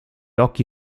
occhi